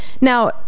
Now